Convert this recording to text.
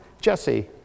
Jesse